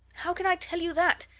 how can i tell you that?